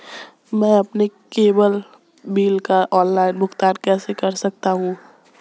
मैं अपने cable bill का ऑनलाइन भुगतान कैसे कर सकता हूं?